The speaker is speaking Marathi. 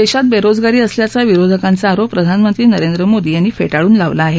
देशात बेरोजगारी असल्याचा विरोधकांचा आरोप प्रधानमंत्री नरेंद्र मोदी यांनी फेटाळून लावला आहे